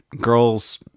girls